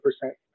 percent